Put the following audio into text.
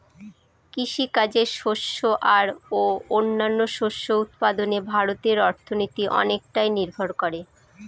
কৃষিকাজে শস্য আর ও অন্যান্য শস্য উৎপাদনে ভারতের অর্থনীতি অনেকটাই নির্ভর করে